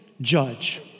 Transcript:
judge